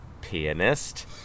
Pianist